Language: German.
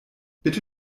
bitte